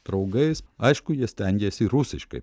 draugais aišku jie stengėsi rusiškai